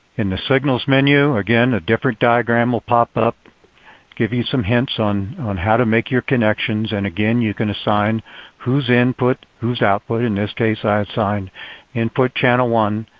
the signals menu, again, a different diagram will pop up give you some hints on on how to make your connections. and again, you can assign who's input, who's output. in this case, i assigned input channel one,